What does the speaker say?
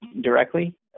directly